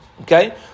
Okay